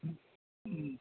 ಹ್ಞೂ ಹ್ಞೂ